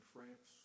France